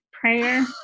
prayer